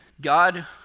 God